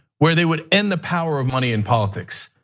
where they would end the power of money in politics.